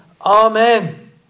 Amen